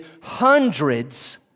hundreds